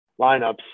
lineups